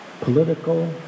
political